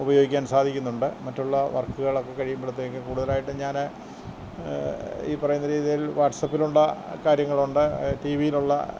ഉപയോഗിക്കാൻ സാധിക്കുന്നുണ്ട് മറ്റുള്ള വർക്കുകളൊക്കെ കഴിയുമ്പള്ത്തേക്ക് കൂടുതലായിട്ടും ഞാന് ഈ പറയുന്ന രീതിയില് വാട്സ്പ്പിലുള്ള കാര്യങ്ങളുണ്ട് ടി വിയിലുള്ള